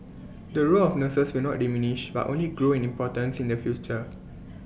the role of nurses will not diminish but only grow in importance in the future